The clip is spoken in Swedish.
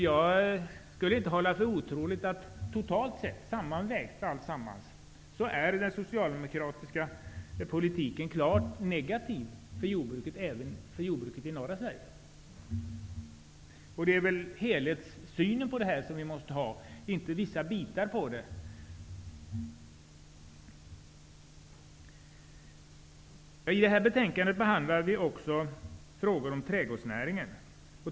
Jag skulle inte hålla för otroligt att den socialdemokratiska politiken totalt sett är klart negativ för jordbruket -- även för jordbruket i norra Vi måste ha en helhetssyn, och inte bara se till vissa bitar. I det här betänkandet behandlar vi också frågor om trädgårdsnäringen.